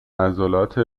عضلات